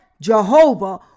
Jehovah